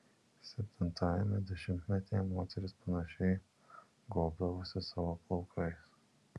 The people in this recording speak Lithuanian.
septintajame dešimtmetyje moterys panašiai gobdavosi savo plaukais